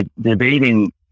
debating